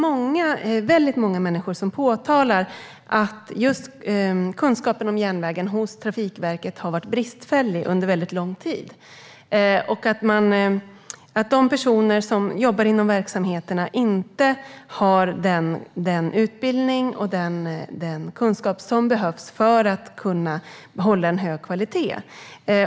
Många människor påtalar att det har brustit i kunskapen om järnvägen hos Trafikverket under lång tid. De personer som jobbar inom verksamheterna har inte den utbildning och den kunskap som behövs för att hålla en hög kvalitet.